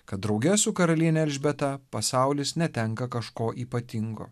kad drauge su karaliene elžbieta pasaulis netenka kažko ypatingo